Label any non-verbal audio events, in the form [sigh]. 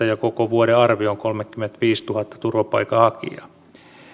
[unintelligible] ja koko vuoden arvio on kolmekymmentäviisituhatta turvapaikanhakijaa